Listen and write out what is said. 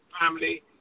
family